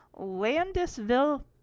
Landisville